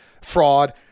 fraud